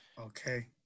Okay